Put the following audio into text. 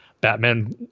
Batman